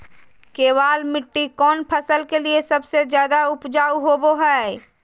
केबाल मिट्टी कौन फसल के लिए सबसे ज्यादा उपजाऊ होबो हय?